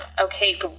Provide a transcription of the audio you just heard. Okay